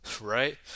right